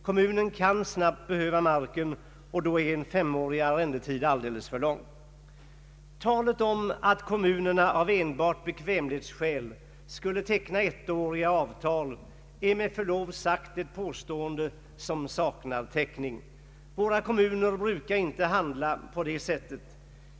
Kommunen kan snabbt behöva marken, och då är en femårig arrendetid alldeles för lång. Talet om att kommunerna enbart av bekvämlighetsskäl skulle teckna ettåriga avtal är med förlov sagt ett påstående som saknar täckning. Våra kommuner brukar inte handla på det sättet.